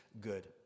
good